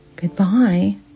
Goodbye